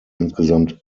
insgesamt